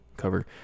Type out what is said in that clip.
Cover